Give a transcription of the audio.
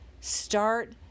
start